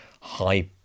high